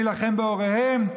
להילחם בהוריהם?